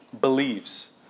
believes